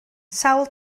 sawl